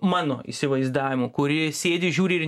mano įsivaizdavimu kurie sėdi žiūri ir